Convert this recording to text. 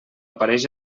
apareix